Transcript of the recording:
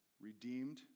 redeemed